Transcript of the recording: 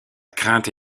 crainte